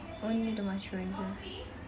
only the moisturizer